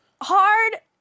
hard